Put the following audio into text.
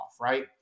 right